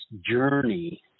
journey